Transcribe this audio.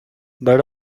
but